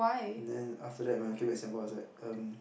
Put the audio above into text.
then after that when I came back Singapore I was like um